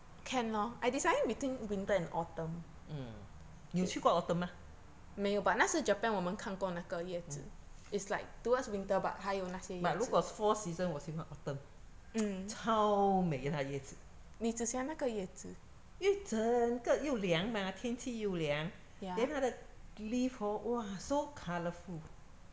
mm 你有去过 autumn 吗 mm but 如果是 four season 我喜欢 autumn 超美它的叶子因为整个又凉嘛天气又凉 then 它的 leave hor !wah! so colourful